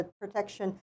protection